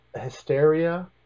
hysteria